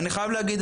אני חייב להגיד,